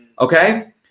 okay